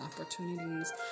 opportunities